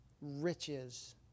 riches